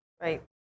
Right